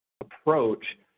approach